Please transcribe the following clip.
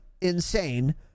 insane